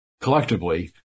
collectively